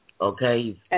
Okay